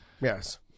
Yes